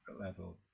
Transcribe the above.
level